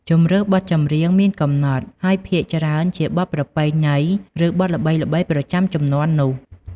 ជម្រើសបទចម្រៀងមានកំណត់ ហើយភាគច្រើនជាបទប្រពៃណី ឬបទល្បីៗប្រចាំជំនាន់នោះ។